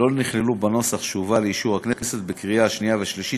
לא נכללו בנוסח שהובא לאישור הכנסת בקריאה השנייה והשלישית